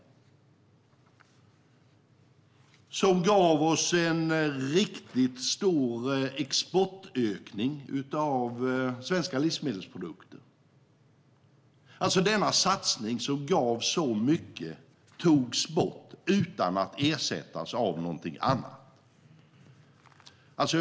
Satsningen gav oss en riktigt stor exportökning av svenska livsmedelsprodukter. Denna satsning, som gav så mycket, togs alltså bort utan att ersättas av någonting annat.